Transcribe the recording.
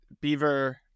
beaver